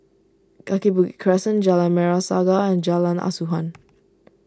Kaki Bukit Crescent Jalan Merah Saga and Jalan Asuhan